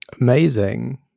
Amazing